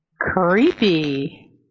Creepy